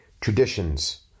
traditions